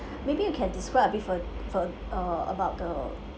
maybe you can describe a bit fur~ fur~ uh about the